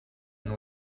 and